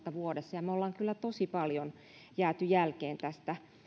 vuodessa ja me olemme kyllä tosi paljon jääneet jälkeen tästä